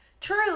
true